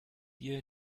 ihr